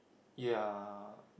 ya